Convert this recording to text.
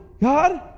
God